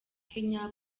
kenya